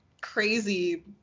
crazy